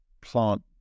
plant